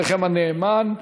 עבדכם הנאמן,